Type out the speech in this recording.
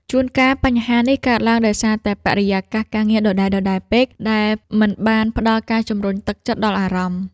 ជួនកាល បញ្ហានេះកើតឡើងដោយសារតែបរិយាកាសការងារដដែលៗពេក ដែលមិនបានផ្ដល់ការជំរុញទឹកចិត្តដល់អារម្មណ៍។